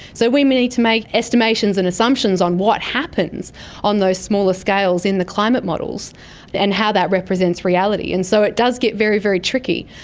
so we need to make estimations and assumptions on what happens on those smaller scales in the climate models and how that represents reality. and so it does get very, very tricky.